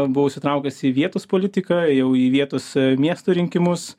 buvau įsitraukęs į vietos politiką ėjau į vietos miesto rinkimus